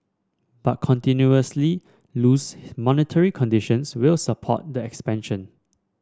but continuously loose monetary conditions will support the expansion